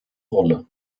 rolle